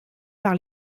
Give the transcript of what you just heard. par